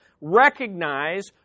recognize